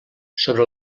sobre